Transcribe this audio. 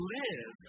live